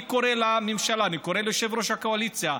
אני קורא לממשלה, אני קורא ליושב-ראש הקואליציה: